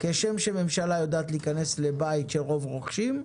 כשם שממשלה יודעת להיכנס לבית של רוב רוכשים,